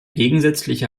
gegensätzliche